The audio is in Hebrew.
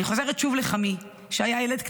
אני חוזרת שוב לחמי שהיה ילד קטנטן,